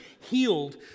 healed